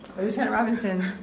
lieutenant robinson,